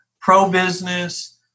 pro-business